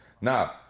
now